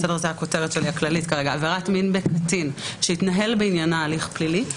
זאת הכותרת הכללית כרגע שהתנהל בעניינה הליך פלילי,